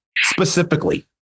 specifically